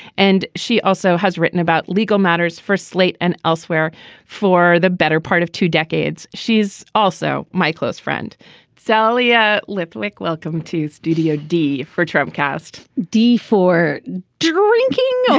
and she also has written about legal matters for slate and elsewhere for the better part of two decades. she's also my close friend sally a live look welcome to studio d for trump cast d for drinking